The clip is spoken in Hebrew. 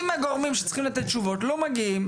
אם הגורמים שצריכים לתת תשובות לא מגיעים,